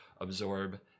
absorb